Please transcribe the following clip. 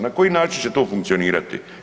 Na koji način će to funkcionirati?